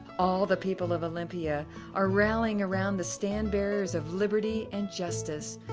all the people of olympia are rallying around the stand-bearers of liberty and justice.